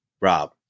Rob